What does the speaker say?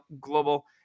Global